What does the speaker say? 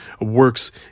works